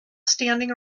standing